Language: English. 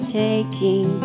taking